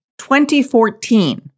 2014